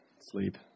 sleep